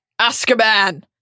Azkaban